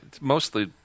mostly